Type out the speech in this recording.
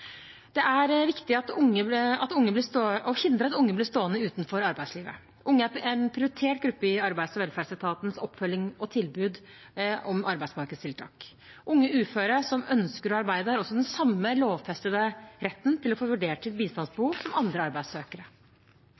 Det er viktig å hindre at unge blir stående utenfor arbeidslivet. Unge er en prioritert gruppe i arbeids- og velferdsetatens oppfølging og tilbud om arbeidsmarkedstiltak. Unge uføre som ønsker å arbeide, har den samme lovfestede retten til å få vurdert sitt bistandsbehov som andre arbeidssøkere.